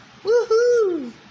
Woohoo